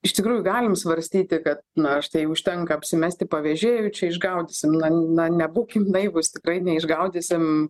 iš tikrųjų galim svarstyti ka na štai užtenka apsimesti pavėžėju čia išgaudysim na na nebūkim naivūs tikrai neišgaudysim